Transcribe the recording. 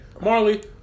Marley